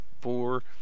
four